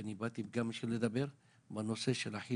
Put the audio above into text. כי אני באתי גם בשביל לדבר, בנושא של אחי